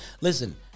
Listen